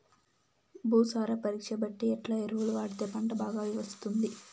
భూసార పరీక్ష బట్టి ఎట్లా ఎరువులు వాడితే పంట బాగా వస్తుంది?